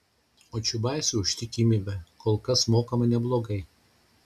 o čiubaisui už ištikimybę kol kas mokama neblogai